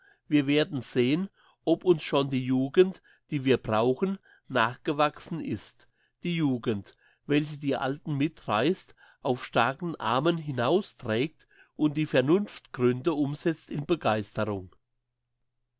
wir werden sehen ob uns schon die jugend die wir brauchen nachgewachsen ist die jugend welche die alten mitreisst auf starken armen hinausträgt und die vernunftgründe umsetzt in begeisterung